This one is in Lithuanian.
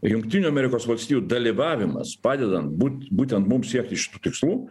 jungtinių amerikos valstijų dalyvavimas padedant būt būtent mums siekti šitų tikslų